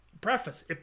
preface